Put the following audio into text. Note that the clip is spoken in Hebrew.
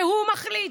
והוא מחליט.